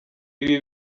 ibi